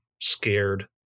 scared